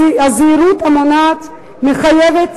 הזהירות המונעת מחייבת